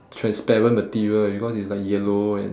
transparent material because it's like yellow and